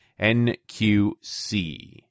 NQC